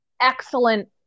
excellent